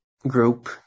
group